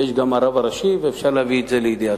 ויש גם הרב הראשי ואפשר להביא את זה לידיעתו.